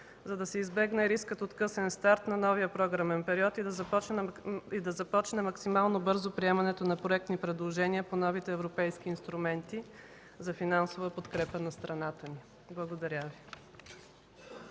за да се избегне рискът от късен старт на новия програмен период и да започне максимално бързо приемането на проектни предложения по новите европейски инструменти за финансова подкрепа на страната ни. Благодаря Ви.